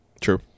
True